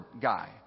guy